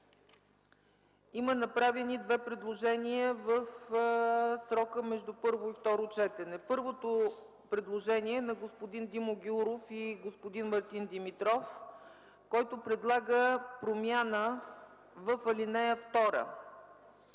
има направени две предложения в срока между първо и второ четене. Първото предложение е на господин Димо Гяуров и господин Мартин Димитров. Те предлагат промяна в ал. 2.